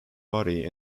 body